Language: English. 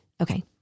okay